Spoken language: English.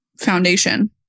foundation